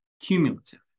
cumulative